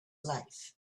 life